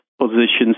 positions